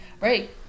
right